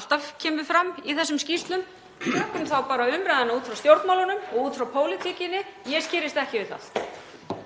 alltaf kemur fram í þessum skýrslum. Tökum þá bara umræðuna út frá stjórnmálunum og út frá pólitíkinni. Ég skirrist ekki við það.